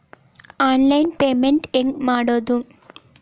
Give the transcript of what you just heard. Online payment ಹೆಂಗ್ ಮಾಡೋದು?